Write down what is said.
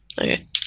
Okay